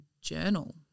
journal